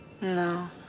No